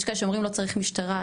יש כאלה שאומרים שלא צריך משטרה,